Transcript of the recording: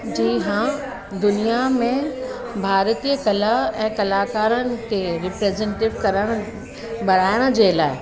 जी हा दुनिया में भारतिय कला ऐं कलाकारनि खे रीप्रेजंटिव करण लाइ बणाइण जे लाइ